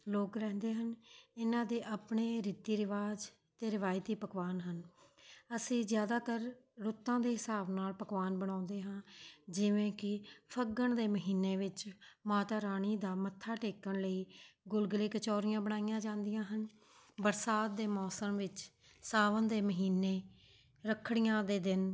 ਲੋਕ ਰਹਿੰਦੇ ਹਨ ਇਹਨਾਂ ਦੇ ਆਪਣੇ ਰੀਤੀ ਰਿਵਾਜ ਅਤੇ ਰਿਵਾਇਤੀ ਪਕਵਾਨ ਹਨ ਅਸੀਂ ਜ਼ਿਆਦਾਤਰ ਰੁੱਤਾਂ ਦੇ ਹਿਸਾਬ ਨਾਲ਼ ਪਕਵਾਨ ਬਣਾਉਂਦੇ ਹਾਂ ਜਿਵੇਂ ਕਿ ਫੱਗਣ ਦੇ ਮਹੀਨੇ ਵਿੱਚ ਮਾਤਾ ਰਾਣੀ ਦਾ ਮੱਥਾ ਟੇਕਣ ਲਈ ਗੁਲਗੁਲੇ ਕਚੌਰੀਆਂ ਬਣਾਈਆਂ ਜਾਂਦੀਆਂ ਹਨ ਬਰਸਾਤ ਦੇ ਮੌਸਮ ਵਿੱਚ ਸਾਵਨ ਦੇ ਮਹੀਨੇ ਰੱਖੜੀਆਂ ਦੇ ਦਿਨ